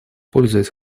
пользуясь